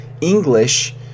English